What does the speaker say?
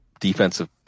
defensive